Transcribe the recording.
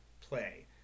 play